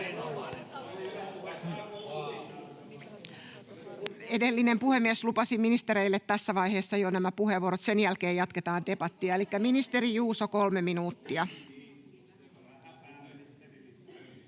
Edellinen puhemies jo lupasi ministereille tässä vaiheessa nämä puheenvuorot, ja sen jälkeen jatketaan debattia. — Elikkä ministeri Juuso, kolme minuuttia.